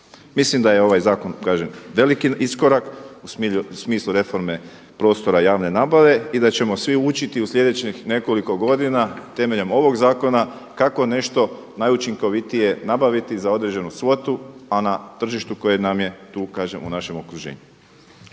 Mislim da je ovaj zakon kažem veliki iskorak u smislu reforme prostora javne nabave i da ćemo svi učiti u slijedećih nekoliko godina temeljem ovog zakona kako nešto najučinkovitije nabaviti za određenu svotu a na tržištu koje nam je tu kažem u našem okruženju.